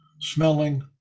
smelling